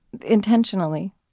intentionally